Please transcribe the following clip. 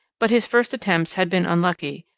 but his first attempts had been unlucky,